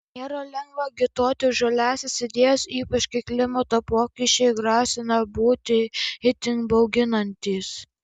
nėra lengva agituoti už žaliąsias idėjas ypač kai klimato pokyčiai grasina būti itin bauginantys